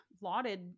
lauded